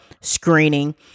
screening